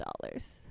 dollars